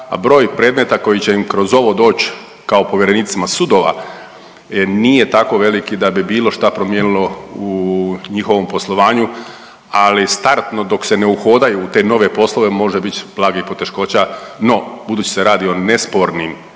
broj predmeta koji će im kroz ovo doći kao povjerenicima sudova nije tako veliki da bi bilo šta promijenilo u njihovom poslovanju, ali startno, dok se ne uhodaju u te nove poslove, može biti blagih poteškoća. No, budući se radi o nespornim pravnim